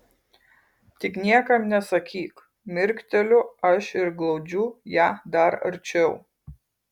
tik niekam nesakyk mirkteliu aš ir glaudžiu ją dar arčiau